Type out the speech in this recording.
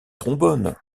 trombone